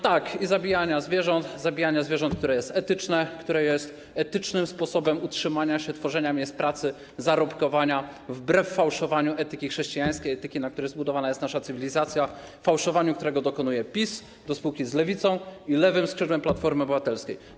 Tak, i zabijania zwierząt, zabijania zwierząt, które jest etyczne, które jest etycznym sposobem utrzymania się, tworzenia miejsc pracy, zarobkowania wbrew fałszowaniu etyki chrześcijańskiej, etyki, na której jest zbudowana nasza cywilizacja, fałszowaniu, którego dokonuje PiS do spółki z Lewicą i lewym skrzydłem Platformy Obywatelskiej.